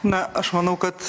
na aš manau kad